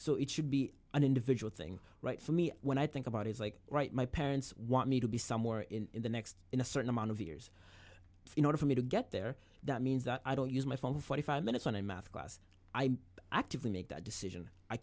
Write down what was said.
so it should be an individual thing right for me when i think about it like right my parents want me to be somewhere in the next in a certain amount of years in order for me to get there that means that i don't use my phone for forty five minutes on a math class i actively make that decision i